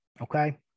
Okay